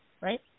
right